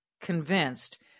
convinced